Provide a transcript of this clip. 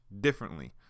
differently